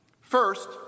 First